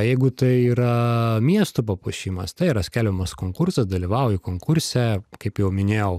jeigu tai yra miesto papuošimas tai yra skelbiamas konkursas dalyvauji konkurse kaip jau minėjau